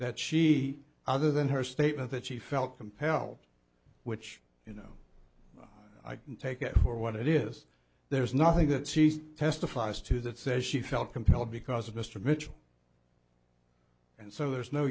that she other than her statement that she felt compelled which you know i can take it for what it is there's nothing that she's testifies to that says she felt compelled because of mr mitchell and so there's no